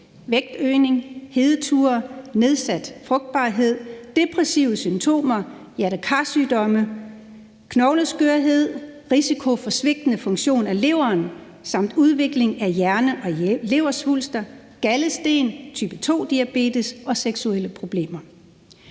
vægtøgning, hedeture, nedsat frugtbarhed, depressive symptomer, hjerte-kar-sygdomme, knogleskørhed, risiko for svigtende funktion af leveren samt udvikling af hjerne- og leversvulster, galdesten, type 2-diabetes og seksuelle problemer.